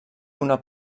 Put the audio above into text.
una